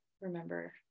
remember